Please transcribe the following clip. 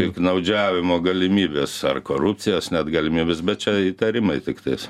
piktnaudžiavimo galimybės ar korupcijos net galimybės bet čia įtarimai tiktais